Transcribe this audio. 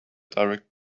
direct